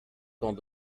temps